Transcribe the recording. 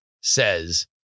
says